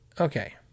okay